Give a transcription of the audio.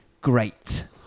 great